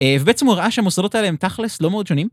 ובעצם הוראה שהמוסדות האלה הן תכלס לא מאוד שונים.